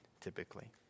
Typically